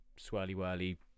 swirly-whirly